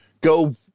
go